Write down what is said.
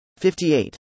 58